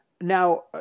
Now